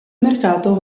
mercato